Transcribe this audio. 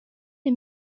les